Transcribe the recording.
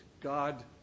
God